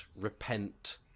repent